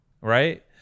Right